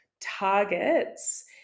targets